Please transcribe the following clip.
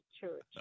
church